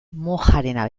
mojarena